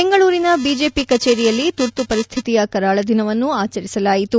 ಬೆಂಗಳೂರಿನ ಬಿಜೆಪಿ ಕಚೇರಿಯಲ್ಲಿ ತುರ್ತು ಪರಿಸ್ಥಿತಿಯ ಕರಾಳ ದಿನವನ್ನು ಆಚರಿಸಲಾಯಿತು